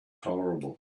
tolerable